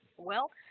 well